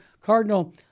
Cardinal